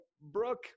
Brooke